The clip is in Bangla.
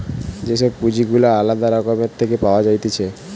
যে সব পুঁজি গুলা আলদা রকম থেকে পাওয়া যাইতেছে